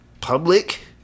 public